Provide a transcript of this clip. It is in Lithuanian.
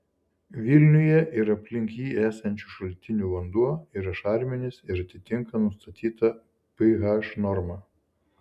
vilniuje ir aplink jį esančių šaltinių vanduo yra šarminis ir atitinka nustatytą ph normą